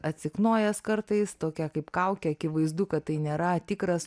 atsiknojęs kartais tokia kaip kaukė akivaizdu kad tai nėra tikras